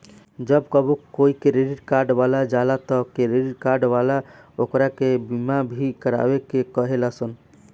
जब कबो कोई क्रेडिट कार्ड लेवे जाला त क्रेडिट कार्ड वाला ओकरा के बीमा भी करावे के कहे लसन